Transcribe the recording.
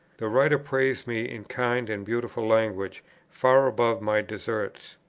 the writer praised me in kind and beautiful language far above my deserts.